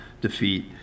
defeat